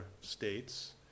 states